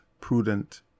prudent